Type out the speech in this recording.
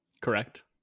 Correct